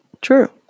true